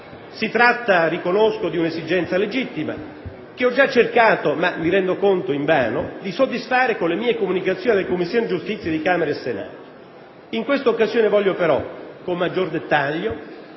Si tratta, riconosco, di un'esigenza legittima, che ho già cercato (ma, mi rendo conto, invano) di soddisfare con le mie comunicazione alle Commissioni giustizia di Camera e Senato, in questa occasione voglio però, con maggior dettaglio,